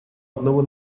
одного